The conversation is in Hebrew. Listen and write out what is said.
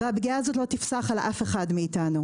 והפגיעה הזאת לא תפסח על אף אחד מאיתנו.